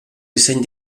disseny